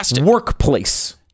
workplace